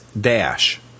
Dash